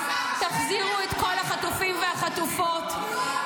תחזירו את כל החטופים והחטופות,